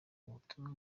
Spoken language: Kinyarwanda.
ubutumwa